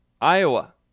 Iowa